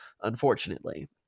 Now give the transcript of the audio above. unfortunately